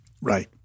Right